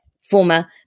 former